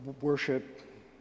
Worship